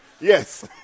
Yes